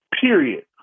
period